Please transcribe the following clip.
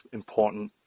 important